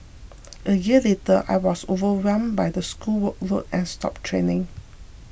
a year later I was overwhelmed by the school workload and stopped training